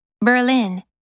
Berlin